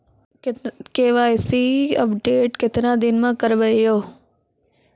KYC update केतना दिन मे करेबे यो?